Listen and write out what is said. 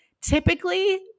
Typically